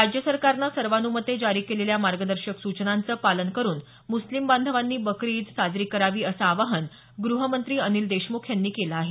राज्य सरकारनं सर्वान्मते जारी केलेल्या मार्गदर्शक सूचनांचं पालन करून मुस्लिम बांधवांनी बकरी ईद साजरी करावी असं आवाहन ग्रहमंत्री अनिल देशमुख यांनी केलं आहे